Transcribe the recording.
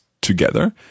together